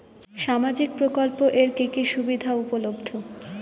সামাজিক প্রকল্প এর কি কি সুবিধা উপলব্ধ?